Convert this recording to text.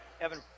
Evan